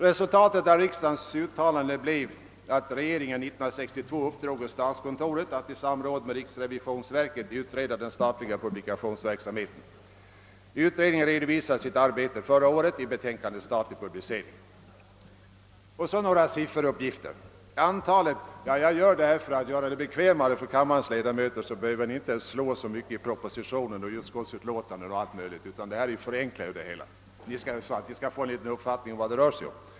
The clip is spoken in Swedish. Resultatet av riksdagens uttalande blev att regeringen 1962 uppdrog åt statskontoret att i samråd med riksrevisionsverket utreda den statliga publikationsverksamheten. «Utredningen redovisade sitt arbete förra året i betänkandet »Statlig publicering». Så skall jag lämna några sifferuppgifter. Jag gör det för att göra det lite bekvämare för kammarens ledamöter så att ni inte behöver läsa så mycket i propositionen och utskottsutlåtandet. Ni kan härigenom få en liten uppfattning om vad det rör sig om.